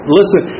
listen